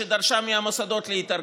שדרשה מהמוסדות להתארגן.